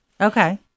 okay